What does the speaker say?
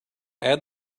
add